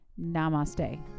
Namaste